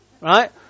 right